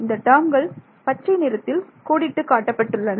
இந்த டேர்ம்கள் பச்சை நிறத்தில் கோடிட்டுக் காட்டப்பட்டுள்ளன